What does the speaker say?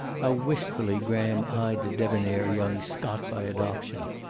how wistfully graham eyed the debonnair young scot by adoption,